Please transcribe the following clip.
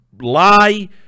lie